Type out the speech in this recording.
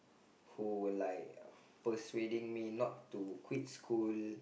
who like persuading me not to quit school